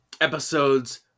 episodes